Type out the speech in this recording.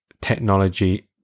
technology